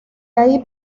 ahí